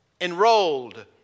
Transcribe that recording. enrolled